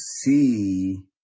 see